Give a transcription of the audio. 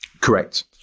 correct